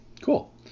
Cool